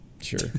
sure